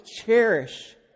cherish